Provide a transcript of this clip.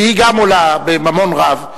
שגם היא עולה בממון רב.